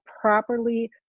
properly